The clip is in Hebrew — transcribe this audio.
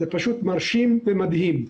זה פשוט מרשים ומדהים.